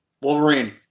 wolverine